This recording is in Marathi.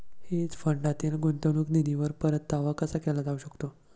हेज फंडातील गुंतवणूक निधीवर परतावा कसा केला जाऊ शकतो?